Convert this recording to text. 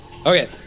Okay